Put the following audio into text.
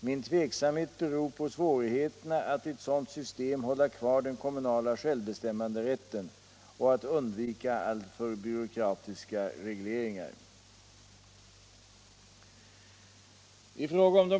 Min tveksamhet beror på svårigheterna att i ett sådant system hålla kvar den kommunala självbestämmanderätten och att undvika alltför byråkratiska regleringar.